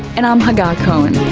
and i'm hagar cohen